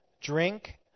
drink